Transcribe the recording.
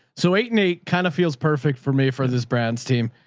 so eight and eight kind of feels perfect for me for this brand's team.